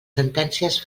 sentències